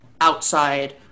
outside